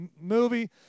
movie